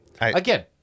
again